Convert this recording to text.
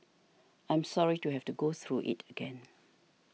I'm sorry to have to go through it again